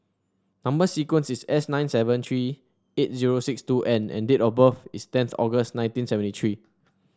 number sequence is S nine seven three eight zero six two N and date of birth is tenth August nineteen seventy three